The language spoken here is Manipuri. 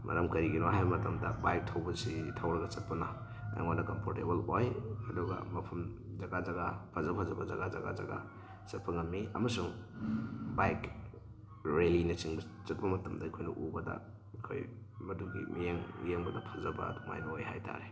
ꯃꯔꯝ ꯀꯔꯤꯒꯤꯅꯣ ꯍꯥꯏꯕ ꯃꯇꯝꯗ ꯕꯥꯏꯛ ꯊꯧꯕꯁꯤ ꯊꯧꯔꯒ ꯆꯠꯄꯅ ꯑꯩꯉꯣꯟꯗ ꯀꯝꯐꯣꯔꯇꯦꯕꯜ ꯑꯣꯏ ꯑꯗꯨꯒ ꯃꯐꯝ ꯖꯒꯥ ꯖꯒꯥ ꯐꯖ ꯐꯖꯕ ꯖꯒꯥ ꯖꯒꯥ ꯖꯒꯥ ꯆꯠꯄ ꯉꯝꯃꯤ ꯑꯃꯁꯨꯡ ꯕꯥꯏꯛ ꯔꯦꯂꯤꯅꯆꯤꯡꯕ ꯆꯠꯄ ꯃꯇꯝꯗ ꯑꯩꯈꯣꯏꯅ ꯎꯕꯗ ꯑꯩꯈꯣꯏ ꯃꯗꯨꯒꯤ ꯃꯤꯠꯌꯦꯡ ꯌꯦꯡꯕꯗ ꯐꯖꯕ ꯑꯗꯨꯃꯥꯏꯅ ꯑꯣꯏ ꯍꯥꯏꯇꯥꯔꯦ